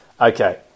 Okay